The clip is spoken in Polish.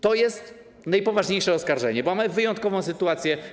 To jest najpoważniejsze oskarżenie, bo mamy wyjątkową sytuację.